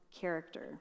character